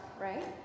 right